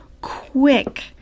quick